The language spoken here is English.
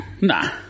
Nah